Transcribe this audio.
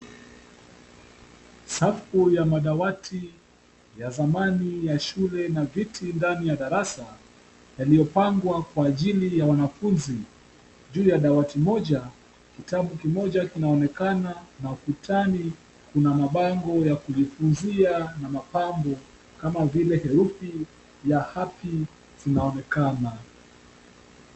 Safu ya madawati ya zamani ya shule na viti ndani ya darasa, yaliyopangwa kwa ajili ya wanafunzi. Juu ya dawati moja kitabu kimoja kinaonekana na ukutani kuna mabango ya kujifunzia na mapambo, kama vile herufi ya hati inoaonekana.